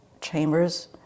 chambers